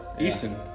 Easton